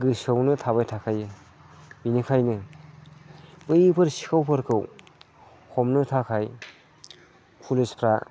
गोसोआवनो थाबाय थाखायो बेनिखायनो बैफोर सिखावफोरखौ हमनो थाखाय पुलिसफ्रा